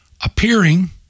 appearing